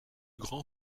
grand